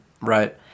right